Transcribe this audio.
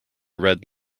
red